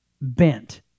bent